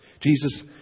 Jesus